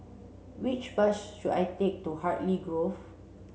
which bus should I take to Hartley Grove